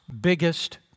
Biggest